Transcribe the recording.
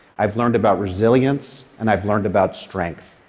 i've learned about resilience and i've learned about strength.